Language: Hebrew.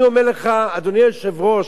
אדוני היושב-ראש,